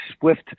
SWIFT